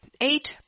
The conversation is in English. eight